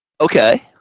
Okay